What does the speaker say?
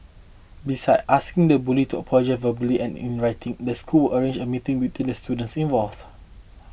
besides asking the bully to apologise verbally and in writing the school arrange a meeting between the students involved